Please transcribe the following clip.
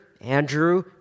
Andrew